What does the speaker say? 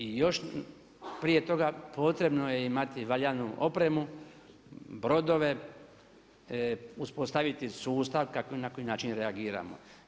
I još prije toga potrebno je imati valjanu opremu, brodove, uspostaviti sustav na koji način reagiramo.